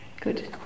Good